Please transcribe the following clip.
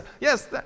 Yes